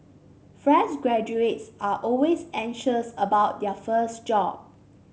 fresh graduates are always anxious about their first job